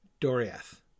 Doriath